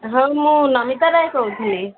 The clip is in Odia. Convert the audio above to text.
ହଁ ମୁଁ ନମିତା ରାୟ କହୁଥିଲି